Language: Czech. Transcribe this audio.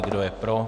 Kdo je pro?